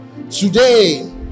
Today